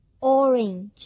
orange